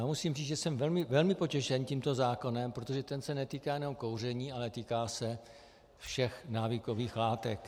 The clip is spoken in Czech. Musím říci, že jsem velmi potěšen tímto zákonem, protože ten se netýká jenom kouření, ale týká se všech návykových látek.